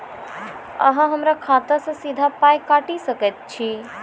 अहॉ हमरा खाता सअ सीधा पाय काटि सकैत छी?